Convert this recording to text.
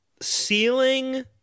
Ceiling